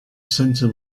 center